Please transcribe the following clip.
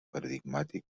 paradigmàtic